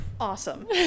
awesome